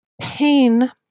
pain